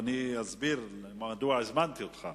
אני אסביר מדוע הזמנתי אותך,